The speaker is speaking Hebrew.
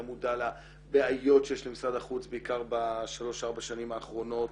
מודע לבעיות שיש למשרד החוץ בעיקר בשלוש-ארבע שנים האחרונות,